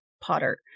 Potter